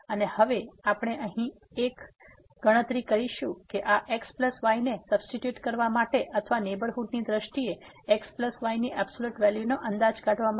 અને હવે આપણે અહીં એક ગણતરી કરીશું કે આ x y ને સબસ્ટીટ્યુટ કરવા માટે અથવા નેહબરહુડ ની દ્રષ્ટિએ x y ની એબ્સોલ્યુટ વેલ્યુ નો અંદાજ કાઢવા માટે